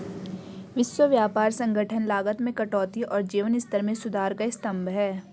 विश्व व्यापार संगठन लागत में कटौती और जीवन स्तर में सुधार का स्तंभ है